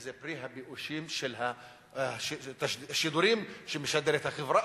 וזה פרי הבאושים של השידורים שמשדרת החברה,